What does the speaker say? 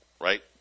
right